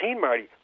Marty